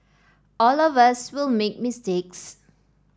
all of us will make mistakes